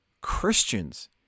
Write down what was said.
Christians